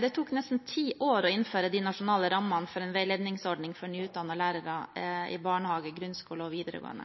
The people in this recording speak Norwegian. Det tok nesten ti år å innføre de nasjonale rammene for en veiledningsordning for nyutdannede lærere i barnehage, grunnskole og videregående.